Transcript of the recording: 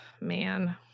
man